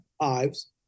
Ives